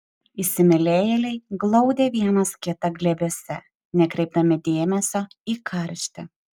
įsimylėjėliai glaudė vienas kitą glėbiuose nekreipdami dėmesio į karštį